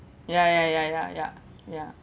ya ya ya ya ya ya